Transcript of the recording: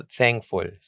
thankful